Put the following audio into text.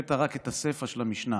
הבאת רק את הסיפא של המשנה,